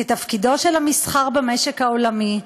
כתפקידו של המסחר במשק העולמי,